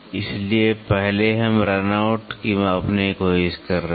इसलिए पहले हम रन आउट को मापने की कोशिश कर रहे हैं